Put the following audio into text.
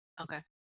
Okay